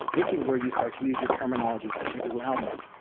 this is where you start to use your terminology such as loudness,